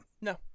No